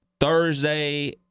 Thursday